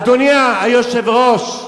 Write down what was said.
אדוני היושב-ראש,